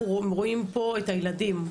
אנחנו רואים פה את הילדים.